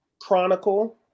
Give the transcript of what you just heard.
Chronicle